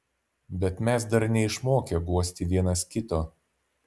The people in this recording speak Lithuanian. bet mes dar neišmokę guosti vienas kito